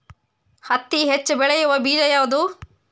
ಹತ್ತಿ ಹೆಚ್ಚ ಬೆಳೆಯುವ ಬೇಜ ಯಾವುದು?